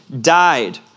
died